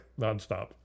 nonstop